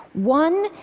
one,